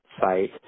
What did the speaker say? site